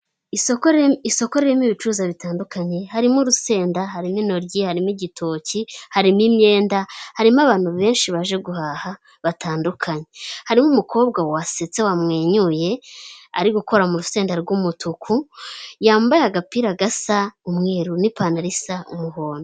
Isoko ririmo ibicuruza bitandukanye; harimo urusenda, harimo intoryi, harimo igitoki, harimo imyenda, harimo abantu benshi baje guhaha batandukanye; harimo umukobwa wasetse wamwenyuye ari gukora mu rusenda rw'umutuku; yambaye agapira gasa umweru n'ipantaro isa umuhondo.